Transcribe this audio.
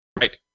Right